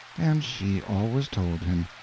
and she always told him.